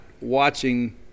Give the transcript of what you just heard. watching –